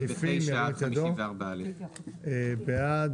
סעיפים 49 עד 54א. מי בעד?